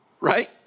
right